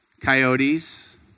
coyotes